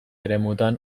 eremuetan